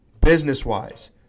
Business-wise